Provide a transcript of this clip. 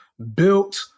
Built